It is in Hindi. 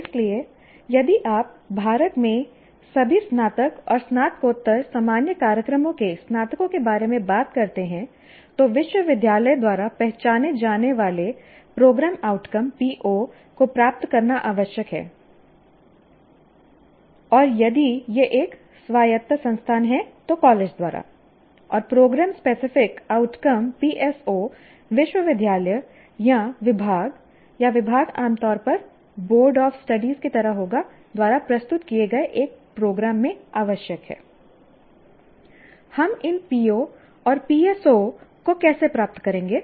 इसलिए यदि आप भारत में सभी स्नातक और स्नातकोत्तर सामान्य कार्यक्रमों के स्नातकों के बारे में बात करते हैं तो विश्वविद्यालय द्वारा पहचाने जाने वाले program outcome program outcome PO को प्राप्त करना आवश्यक है और यदि यह एक स्वायत्त संस्थान है तो कॉलेज द्वारा और program specific outcome program specific outcome PSO विश्वविद्यालय या विभाग या विभाग आमतौर पर बोर्ड ऑफ स्टडीज की तरह होगा द्वारा प्रस्तुत किए गए प्रोग्राम में आवश्यक हैI हम इन POs और PSOs को कैसे प्राप्त करेंगे